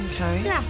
Okay